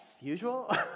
usual